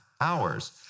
hours